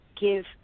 give